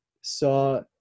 saw